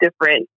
different